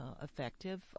effective